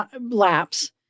lapse